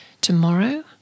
Tomorrow